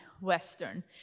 Western